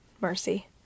mercy